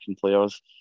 players